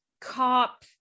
cop